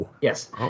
yes